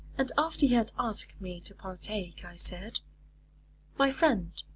and after he had asked me to partake i said my friend,